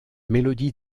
mélodie